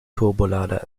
turbolader